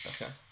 Okay